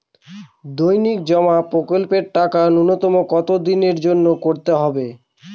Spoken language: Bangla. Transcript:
দৈনিক জমা প্রকল্পের টাকা নূন্যতম কত দিনের জন্য করতে হয়?